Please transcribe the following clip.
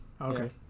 Okay